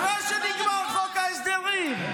אחרי שנגמר חוק ההסדרים.